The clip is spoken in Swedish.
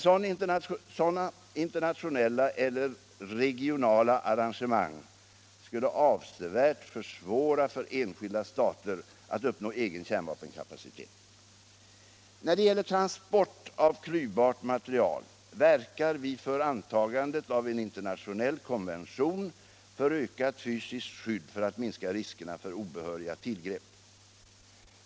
Sådana internationella eller regionala arrangemang skulle avsevärt försvåra för enskilda stater att uppnå egen kärnvapenkapacitet. När det gäller transport av klyvbart material verkar vi för antagandet av en internationell konvention för ökat fysiskt skydd för att minska riskerna för obehöriga tillgrepp.